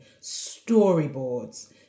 Storyboards